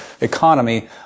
economy